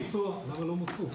למה לא מוצו?